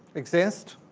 exist.